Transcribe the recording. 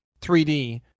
3D